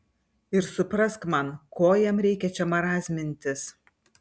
ir suprask man ko jam reikia čia marazmintis